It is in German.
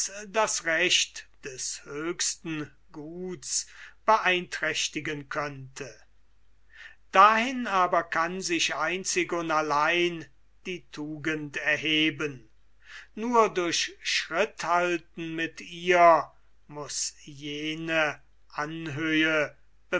das recht des höchsten guts beeinträchtigen könnte dahin aber kann sich einzig und allein die tugend erheben durch schritthalten mit ihr muß jene anhöhe